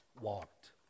walked